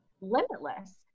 limitless